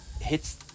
hits